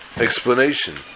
explanation